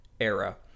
era